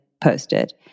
posted